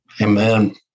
Amen